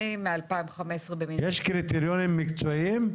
אני מ-2015 --- יש קריטריונים מקצועיים?